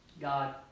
God